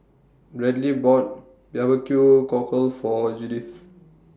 Bradly bought Barbecue Cockle For Judith